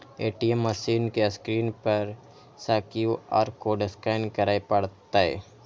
ATM machine के screen पर सं क्यू.आर कोड स्कैन करय पड़तै